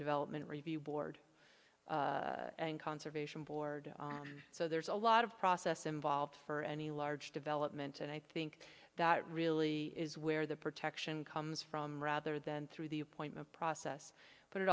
development review board and conservation board so there's a lot of process involved for any large development and i think that really is where the protection comes from rather than through the appointment process but it